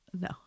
No